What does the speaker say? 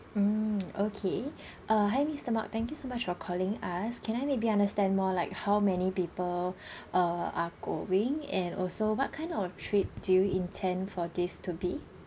mm okay uh hi mister mark thank you so much for calling us can I maybe understand more like how many people uh are going and also what kind of trip do you intend for this to be